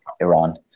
Iran